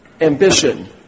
ambition